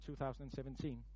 2017